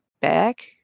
back